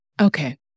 Okay